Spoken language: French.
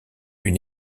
une